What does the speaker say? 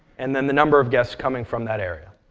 and then the number of guests coming from that area.